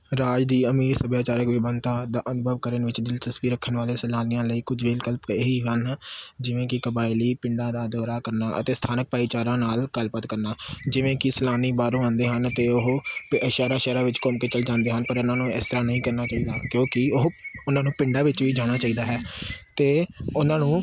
ਰਾਜ ਦੀ ਅਮੀਰ ਸੱਭਿਆਚਾਰਿਕ ਵਿਭਿੰਨਤਾ ਦਾ ਅਨੁਭਵ ਕਰਨ ਵਿੱਚ ਦਿਲਚਸਪੀ ਰੱਖਣ ਵਾਲੇ ਸੈਲਾਨੀਆਂ ਲਈ ਕੁਝ ਵਿਲਕਪ ਇਹੀ ਹਨ ਜਿਵੇਂ ਕਿ ਕਬਾਇਲੀ ਪਿੰਡਾਂ ਦਾ ਦੌਰਾ ਕਰਨਾ ਅਤੇ ਸਥਾਨਕ ਭਾਈਚਾਰਾ ਨਾਲ ਗੱਲਬਾਤ ਕਰਨਾ ਜਿਵੇਂ ਕਿ ਸੈਲਾਨੀ ਬਾਹਰੋਂ ਆਉਂਦੇ ਹਨ ਅਤੇ ਉਹ ਪਿ ਸ਼ਹਿਰਾਂ ਸ਼ਹਿਰਾਂ ਵਿੱਚ ਘੁੰਮ ਕੇ ਚਲ ਜਾਂਦੇ ਹਨ ਪਰ ਇਹਨਾਂ ਨੂੰ ਇਸ ਤਰ੍ਹਾਂ ਨਹੀਂ ਕਰਨਾ ਚਾਹੀਦਾ ਕਿਉਂਕਿ ਉਹ ਉਹਨਾਂ ਨੂੰ ਪਿੰਡਾਂ ਵਿੱਚ ਵੀ ਜਾਣਾ ਚਾਹੀਦਾ ਹੈ ਅਤੇ ਉਹਨਾਂ ਨੂੰ